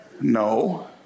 No